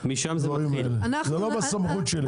זה לא בסמכות שלי.